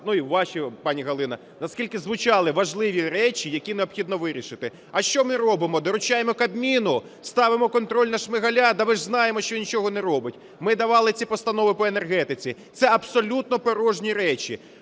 ну і у вас, пані Галино, наскільки звучали важливі речі, які необхідно вирішити. А що ми робимо? Доручаємо Кабміну? Ставимо контроль на Шмигаля? Та ми ж знаємо, що він нічого не робить. Ми давали ці постанови по енергетиці. Це абсолютно порожні речі.